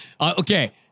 okay